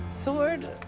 sword